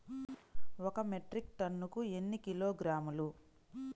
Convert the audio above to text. ఒక మెట్రిక్ టన్నుకు ఎన్ని కిలోగ్రాములు?